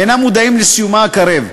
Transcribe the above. ואינם מודעים לסיומה הקרב,